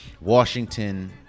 Washington